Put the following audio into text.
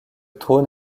trône